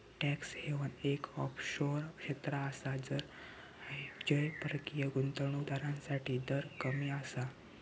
tax haven एक offshore क्षेत्र आसा जय परकीय गुंतवणूक दारांसाठी दर कमी आसा